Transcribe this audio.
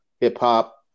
hip-hop